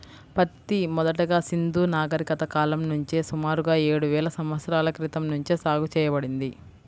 పత్తి మొదటగా సింధూ నాగరికత కాలం నుంచే సుమారుగా ఏడువేల సంవత్సరాల క్రితం నుంచే సాగు చేయబడింది